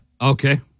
Okay